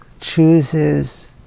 chooses